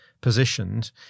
positioned